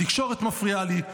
התקשורת מפריעה לי,